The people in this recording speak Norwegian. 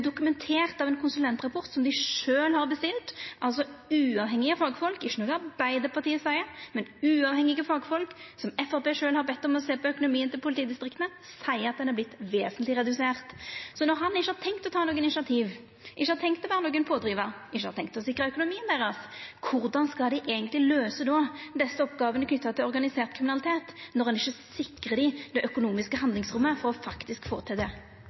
dei sjølve har bestilt – altså av uavhengige fagfolk, det er ikkje noko Arbeidarpartiet seier. Men uavhengige fagfolk, som Framstegspartiet sjølv har bedt om at ser på økonomien til politidistrikta, seier at handlingsrommet har vorte vesentleg redusert. Så når han ikkje har tenkt å ta noko initiativ og ikkje har tenkt å vera nokon pådrivar eller har tenkt å sikra økonomien deira, korleis skal ein då løysa desse oppgåvene knytte til organisert kriminalitet når ein ikkje sikrar dei det økonomiske handlingsrommet for faktisk å kunna få det til? Det